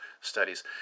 Studies